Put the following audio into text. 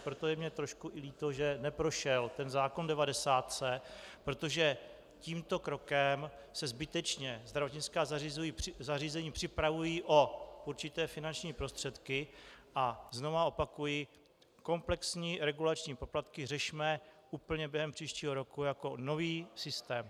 Proto je mně trošku i líto, že neprošel ten zákon v devadesátce, protože tímto krokem se zbytečně zdravotnická zařízení připravují o určité finanční prostředky, a znovu opakuji, komplexní regulační poplatky řešme úplně během příštího roku jako nový systém.